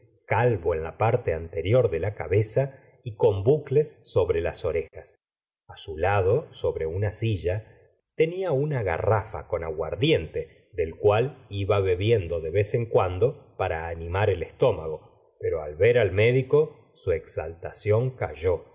calvo en la parte anterior de la cabeza y con bucles sobre las orejas a su lado sobre una silla tenia una garrafa con aguardiente del cual iba bebiendo de vez en cuando para animar el estómago pero al ver al médico su exaltación cayó